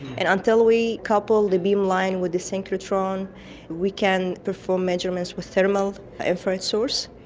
and until we couple the beamline with the synchrotron we can perform measurements with thermal infrared source.